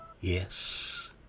Yes